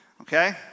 Okay